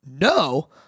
no